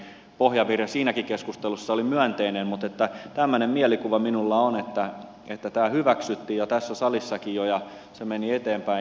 pohjavire siinäkin keskustelussa oli myönteinen mutta tämmöinen mielikuva minulla on että tämä hyväksyttiin ja tässä salissakin jo ja se meni eteenpäin